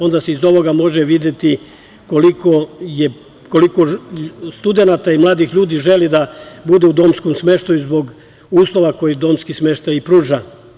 Onda se iz ovoga može videti koliko studenata i mladih ljudi želi da bude u domskom smeštaju, zbog uslova koje domski smeštaj i pruža.